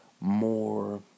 more